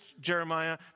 Jeremiah